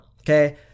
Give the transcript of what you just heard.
okay